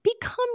become